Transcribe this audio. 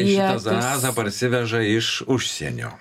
šitą zarazą parsiveža iš užsienio